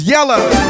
Yellow